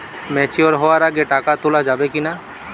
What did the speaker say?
Mature হওয়ার আগে টাকা তোলা যাবে কিনা?